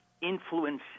influence